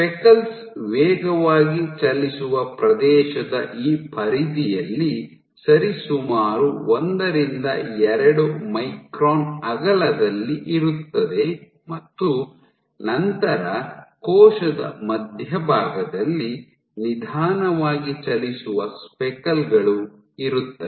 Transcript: speckles ವೇಗವಾಗಿ ಚಲಿಸುವ ಪ್ರದೇಶದ ಈ ಪರಿಧಿಯಲ್ಲಿ ಸರಿಸುಮಾರು ಒಂದರಿಂದ ಎರಡು ಮೈಕ್ರಾನ್ ಅಗಲದಲ್ಲಿ ಇರುತ್ತದೆ ಮತ್ತು ನಂತರ ಕೋಶದ ಮಧ್ಯಭಾಗದಲ್ಲಿ ನಿಧಾನವಾಗಿ ಚಲಿಸುವ ಸ್ಪೆಕಲ್ ಗಳಿರುತ್ತವೆ